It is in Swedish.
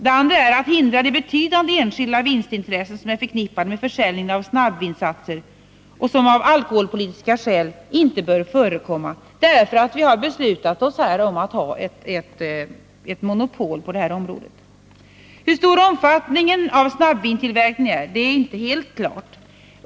Det andra är att hindra de betydande enskilda vinstintressen som är förknippade med försäljningen av snabbvinsatser och som av alkoholpolitiska skäl inte bör förekomma därför att vi har bestämt oss för att ha ett monopol på detta område. Hur stor omfattningen är av snabbvinstillverkningen är inte helt klart.